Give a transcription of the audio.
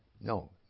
No